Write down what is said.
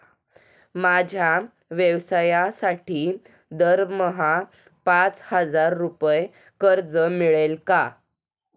माझ्या व्यवसायासाठी दरमहा पाच हजार रुपये कर्ज मिळेल का?